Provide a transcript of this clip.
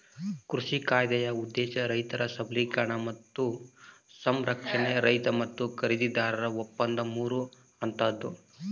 ಕೃಷಿ ಕಾಯ್ದೆಯ ಉದ್ದೇಶ ರೈತರ ಸಬಲೀಕರಣ ಮತ್ತು ಸಂರಕ್ಷಣೆ ರೈತ ಮತ್ತು ಖರೀದಿದಾರನ ಒಪ್ಪಂದ ಮೂರು ಹಂತದ್ದು